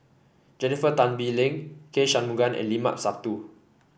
Jennifer Tan Bee Leng K Shanmugam and Limat Sabtu